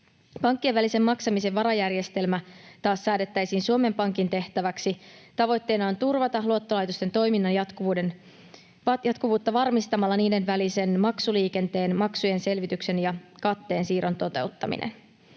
Pankkien välisen maksamisen varajärjestelmä taas säädettäisiin Suomen Pankin tehtäväksi. Tavoitteena on turvata luottolaitosten toiminnan jatkuvuutta varmistamalla niiden välisen maksuliikenteen, maksujen selvityksen ja katteen siirron toteuttaminen.